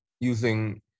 using